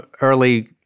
early